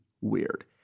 weird